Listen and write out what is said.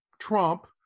Trump